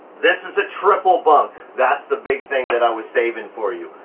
this is a triple bunk. that's the big thing that i was saving for you.